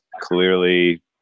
clearly